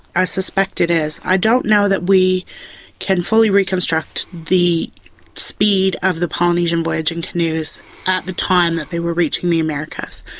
i suspect it is. i don't know that we can fully reconstruct the speed of the polynesian voyaging canoes at the time that they were reaching the americas,